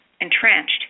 entrenched